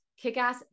kick-ass